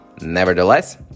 Nevertheless